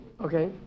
Okay